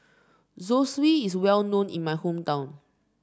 zosui is well known in my hometown